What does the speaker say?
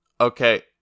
Okay